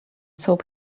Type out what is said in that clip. soap